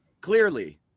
Clearly